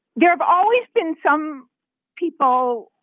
there have always been some people,